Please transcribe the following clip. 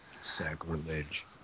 sacrilege